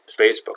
Facebook